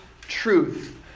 truth